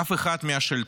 אף אחד מהשלטונות,